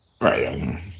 right